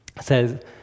says